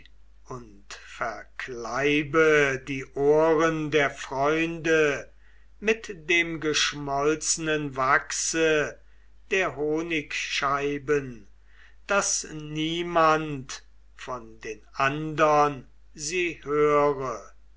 und verklebe die ohren der freunde mit dem geschmolzenen wachse der honigscheiben daß niemand von den andern sie höre